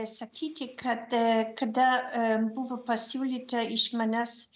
sakyti kad kada buvo pasiūlyta iš manęs